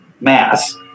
mass